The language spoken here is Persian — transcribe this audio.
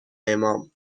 امام